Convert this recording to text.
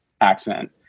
accident